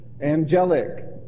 Angelic